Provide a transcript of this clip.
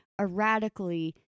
erratically